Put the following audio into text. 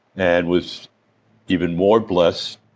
and was even more blessed,